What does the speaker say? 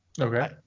Okay